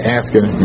asking